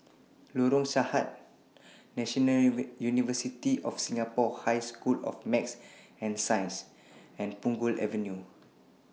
Lorong Sarhad National University of Singapore High School of Math and Science and Punggol Avenue